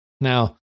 Now